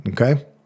Okay